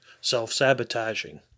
self-sabotaging